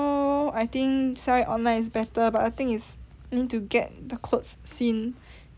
I think sell it online is better but the thing is need to get the clothes seen